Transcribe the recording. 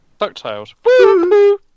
DuckTales